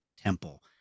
temple